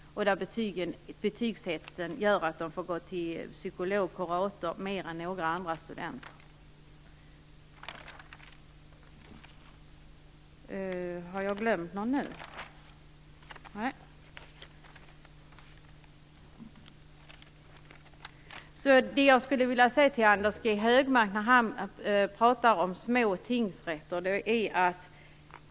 Betygshetsen gör att dessa studenter besöker psykologer och kuratorer i större utsträckning än andra studenter. Anders G Högmark talade om små tingsrätter.